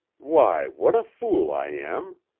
why, what a fool i am!